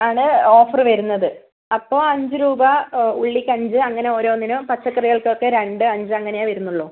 ആണ് ഓഫർ വരുന്നത് അപ്പോൾ അഞ്ച് രൂപ ഉള്ളിക്ക് അഞ്ച് അങ്ങനെ ഓരോന്നിനും പച്ചക്കറികൾക്കൊക്കെ രണ്ട് അഞ്ച് അങ്ങനെയേ വരുന്നുള്ളൂ